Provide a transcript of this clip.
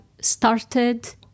started